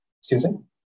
Susan